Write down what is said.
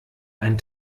ein